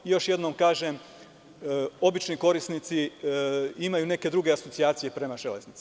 Još jednom kažem, obični korisnici imaju neke druge asocijacije prema železnici.